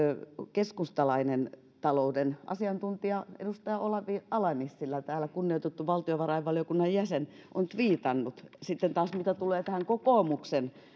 keskustalainen talouden asiantuntija edustaja olavi ala nissilä kunnioitettu valtiovarainvaliokunnan jäsen on tviitannut sitten taas mitä tulee kokoomuksen